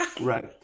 right